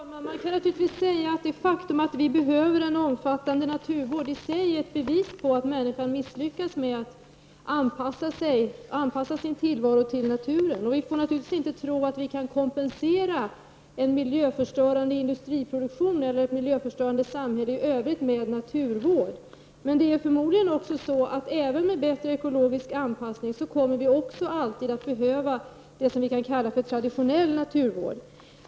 Fru talman! Man kan naturligtvis säga att det faktum att vi behöver en omfattande naturvård i sig är ett bevis på att människan har misslyckats med att anpassa sin tillvaro till naturen. Vi får naturligtvis inte tro att vi kan kom = Prot. 1989/90:104 pensera en miljöförstörande industriproduktion eller ett miljöförstörande 18 april 1990 samhälle i övrigt med naturvård. Det är förmodligen också så, att vi även med bättre ekologisk anpassning alltid kommer att behöva det som vi kan kalla för traditionell naturvård.